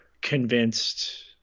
convinced